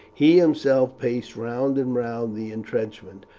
he himself paced round and round the intrenchment,